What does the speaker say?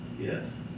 yes